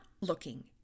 looking